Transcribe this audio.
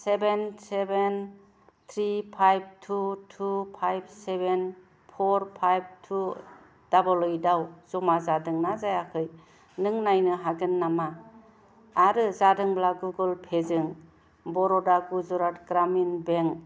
seven seven three five two two five seven four five two double eight याव जमा जादोंना जायाखै नों नायनो हागोन नामा आरो जादोंब्ला गुगोल पे जों बर'दा गुजरात ग्रामिन बेंक